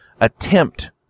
attempt